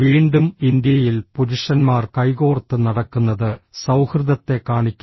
വീണ്ടും ഇന്ത്യയിൽ പുരുഷന്മാർ കൈകോർത്ത് നടക്കുന്നത് സൌഹൃദത്തെ കാണിക്കുന്നു